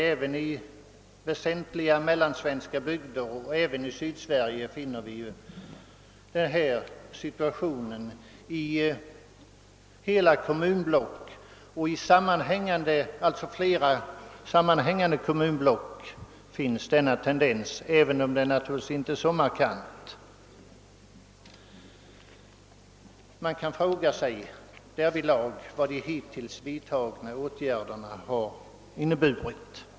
Även i stora mellansvenska områden och i Sydsverige har man en liknande situation; i flera sammanhängande kommunblock förekommer denna tendens ehuru inte så markant som i Norrland. Man kan fråga sig vad de hittills vidtagna åtgärderna inneburit.